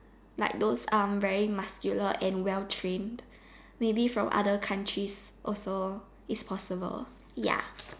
like those um very muscular and well trained maybe from other countries also it's possible ya